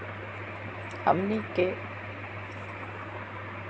हमनी कीटाणु के पहचान कइसे कर सको हीयइ?